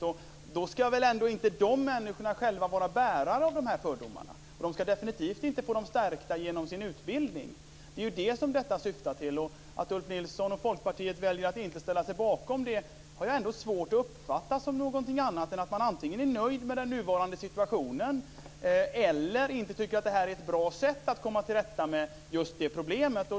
Dessa människor ska väl ändå inte själva vara bärare av de här fördomarna, och de ska definitivt inte få dem stärkta genom sin utbildning. Att Ulf Nilsson och Folkpartiet väljer att inte ställa sig bakom vår reservation har jag svårt att uppfatta på något annat sätt än att man antingen är nöjd med den nuvarande situationen eller att man inte tycker att det här är ett bra sätt att komma till rätta med just det problemet.